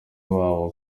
wawe